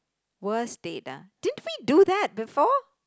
worst date ah didn't we do that before